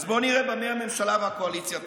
אז בואו נראה במה הממשלה והקואליציה תומכות.